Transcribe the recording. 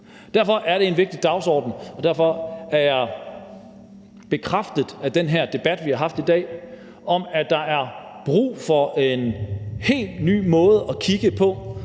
Derfor er det en vigtig dagsorden, og derfor er jeg i den her debat, vi har haft i dag, bekræftet i, at der er brug for en helt ny måde at gribe det